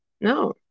No